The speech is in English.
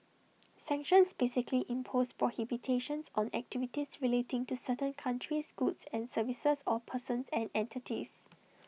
sanctions basically impose prohibitions on activities relating to certain countries goods and services or persons and entities